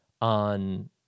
on